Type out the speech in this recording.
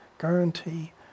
guarantee